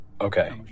Okay